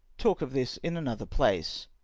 talk of this in another place.